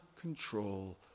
control